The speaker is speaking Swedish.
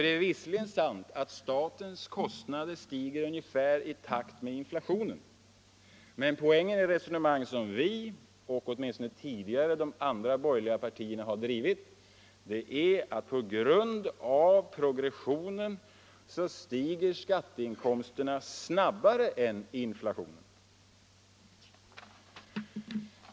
Det är visserligen sant att statens kostnader stiger ungefär i takt med inflationen, men poängen i det resonemang som vi och åtminstone tidigare de andra borgerliga partierna har drivit är att på grund av progressionen stiger skatteinkomsterna snabbare än inflationen.